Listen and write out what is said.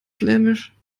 flämisch